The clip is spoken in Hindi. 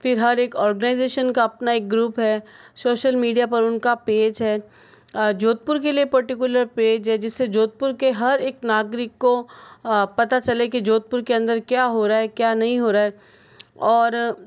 फ़िर हर एक ऑर्गेनाइजेशन का अपना एक ग्रुप है सोशल मीडिया पर उनका पेज है जोधपुर के लिए पार्टिकुलर पेज है जिससे जोधपुर के हर एक नागरिक को पता चले कि जोधपुर के अंदर क्या हो रहा है क्या नहीं हो रहा है और